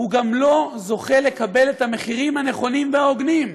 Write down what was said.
הוא גם לא זוכה לקבל את המחירים הנכונים וההוגנים.